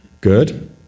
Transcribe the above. Good